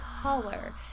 color